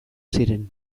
ziren